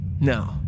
no